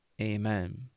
amen